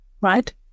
right